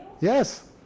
Yes